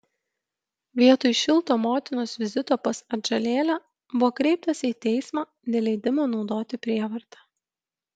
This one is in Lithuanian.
vietoj šilto motinos vizito pas atžalėlę buvo kreiptasi į teismą dėl leidimo naudoti prievartą